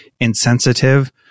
insensitive